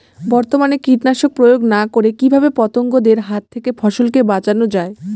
বর্তমানে কীটনাশক প্রয়োগ না করে কিভাবে পতঙ্গদের হাত থেকে ফসলকে বাঁচানো যায়?